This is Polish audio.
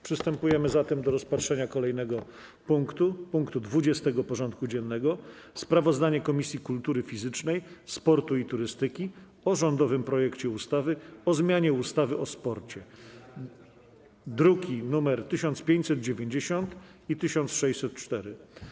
Przystępujemy do rozpatrzenia punktu 20. porządku dziennego: Sprawozdanie Komisji Kultury Fizycznej, Sportu i Turystyki o rządowym projekcie ustawy o zmianie ustawy o sporcie (druki nr 1590 i 1604)